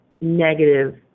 negative